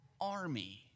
army